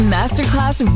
Masterclass